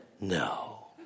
no